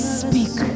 speak